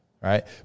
right